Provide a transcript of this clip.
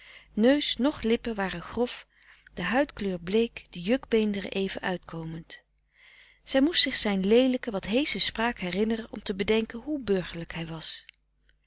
neus noch lippen waren grof de huidkleur bleek de jukbeenderen even uitkomend zij moest zich zijn leelijke wat heesche spraak herinneren om te bedenken hoe burgerlijk hij was